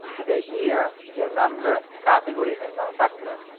to date year, year number, category and manufacturer.